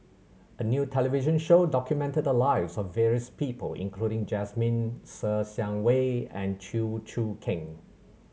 a new television show documented the lives of various people including Jasmine Ser Xiang Wei and Chew Choo Keng